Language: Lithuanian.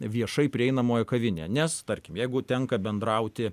viešai prieinamoj kavinė nes tarkim jeigu tenka bendrauti